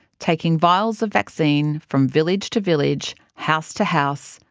taking vials of vaccine from village to village, house to house,